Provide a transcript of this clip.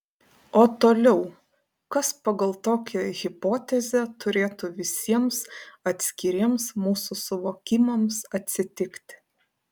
o toliau kas pagal tokią hipotezę turėtų visiems atskiriems mūsų suvokimams atsitikti